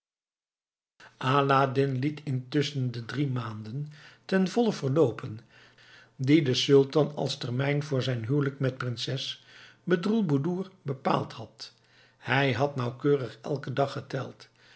aladdin liet intusschen de drie maanden ten volle verloopen die de sultan als termijn voor zijn huwelijk met prinses bedroelboedoer bepaald had hij had nauwkeurig elken dag geteld